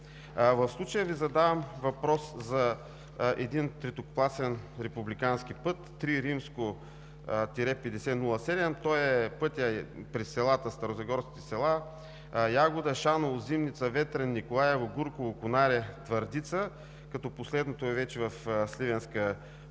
В случая Ви задавам въпрос за един третокласен републикански път – III-5007. Това е пътят през старозагорските села Ягода – Шаново – Зимница – Ветрен – Николаево – Гурково – Конаре – Твърдица, като последното е в Сливенска област.